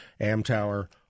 Amtower